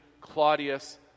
Claudius